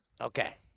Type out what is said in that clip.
Okay